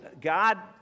God